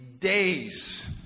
days